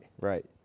right